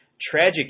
tragic